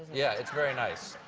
yeah it's very nice.